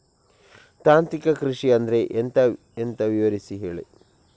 ತಾಂತ್ರಿಕ ಕೃಷಿ ಅಂದ್ರೆ ಎಂತ ವಿವರಿಸಿ ಹೇಳಿ